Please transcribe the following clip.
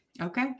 Okay